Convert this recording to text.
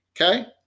Okay